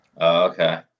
Okay